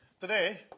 today